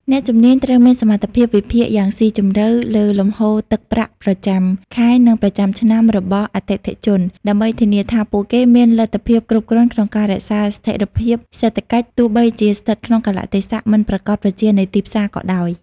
អ្នកជំនាញត្រូវមានសមត្ថភាពវិភាគយ៉ាងស៊ីជម្រៅលើលំហូរទឹកប្រាក់ប្រចាំខែ និងប្រចាំឆ្នាំរបស់អតិថិជន ដើម្បីធានាថាពួកគេមានលទ្ធភាពគ្រប់គ្រាន់ក្នុងការរក្សាស្ថិរភាពសេដ្ឋកិច្ច ទោះបីជាស្ថិតក្នុងកាលៈទេសៈមិនប្រាកដប្រជានៃទីផ្សារក៏ដោយ។